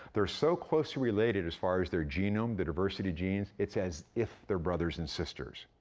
they're so closely related as far as their genome, the diversity genes, it's as if they're brothers and sisters.